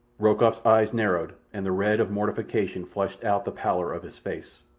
rokoff's eyes narrowed, and the red of mortification flushed out the pallor of his face.